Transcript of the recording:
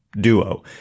duo